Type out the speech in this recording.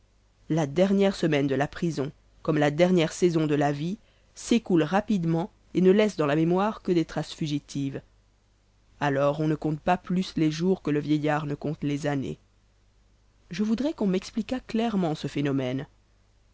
la dernière semaine de la prison comme la dernière saison de la vie s'écoule rapidement et ne laisse dans la mémoire que des traces fugitives alors on ne compte pas plus les jours que le vieillard ne compte les années je voudrais qu'on m'expliquât clairement ce phénomène